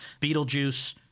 beetlejuice